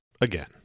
Again